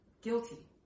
guilty